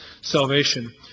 salvation